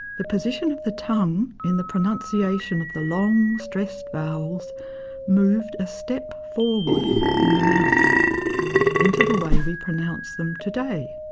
the position of the tongue in the pronunciation of the long, stressed vowels moved a step forward in the mouth into the way we pronounce them today.